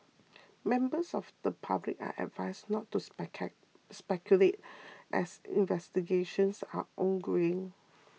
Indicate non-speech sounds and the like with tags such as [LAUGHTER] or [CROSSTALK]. members of the public are advised not to [UNINTELLIGIBLE] speculate [NOISE] as investigations are ongoing